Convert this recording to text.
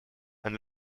and